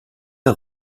der